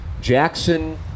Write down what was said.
Jackson